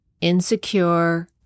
insecure